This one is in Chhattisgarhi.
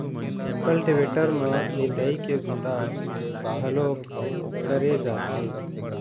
कल्टीवेटर म निंदई के बूता घलोक करे जाथे